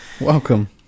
Welcome